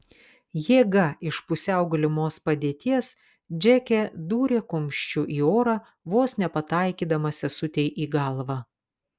jėga iš pusiau gulimos padėties džeke dūrė kumščiu į orą vos nepataikydama sesutei į galvą